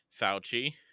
Fauci